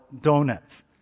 donuts